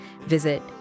Visit